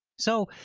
so,